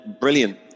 brilliant